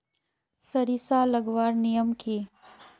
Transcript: सरिसा लगवार नियम की?